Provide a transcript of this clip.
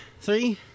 Three